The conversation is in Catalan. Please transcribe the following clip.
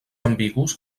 ambigus